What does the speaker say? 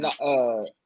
No